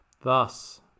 Thus